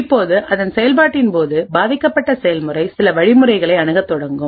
இப்போதுஅதன் செயல்பாட்டின் போது பாதிக்கப்பட்ட செயல்முறை சில வழிமுறைகளை அணுகத் தொடங்கும்